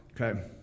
Okay